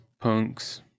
Punks